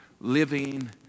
living